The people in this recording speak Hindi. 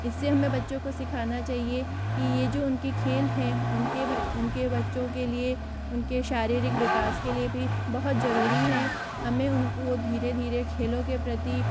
इससे हमें बच्चों को सिखाना चाहिए कि यह जो उनकी खेल हैं उनके उनके बच्चों के लिए उनके शारीरिक विकास के लिए भी बहुत ज़रूरी हैं हमें उनको धीरे धीरे खेलों के प्रति